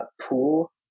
pool